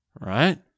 right